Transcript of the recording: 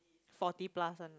forty plus one